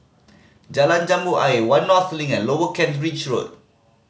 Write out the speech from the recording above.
Jalan Jambu Ayer One North Link and Lower Kent Ridge Road